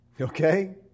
Okay